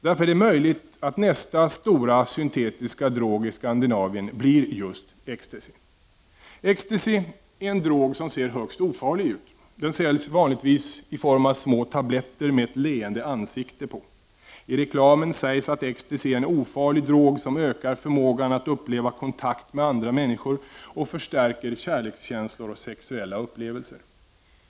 Därför är det möjligt att nästa stora syntetiska drog i Skandinavien blir just Ecstasy. Ecstasy är en drog som ser högst ofarlig ut. Den säljs vanligtvis i form av små tabletter med ett leende ansikte på. I reklamen sägs det att Ecstasy är en ofarlig drog som ökar förmågan att uppleva kontakt med andra människor och förstärker kärlekskänslor och sexuella upplevelser.